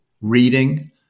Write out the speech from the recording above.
reading